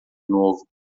novo